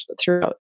throughout